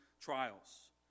trials